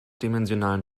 dimensionalen